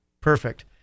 Perfect